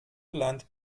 land